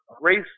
race